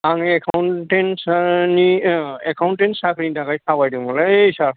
आं एकाउन्टेन्ट सार नि एकाउन्टेन्ट साख्रिनि थाखाय खावलायदोंमोनलै सार